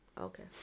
Okay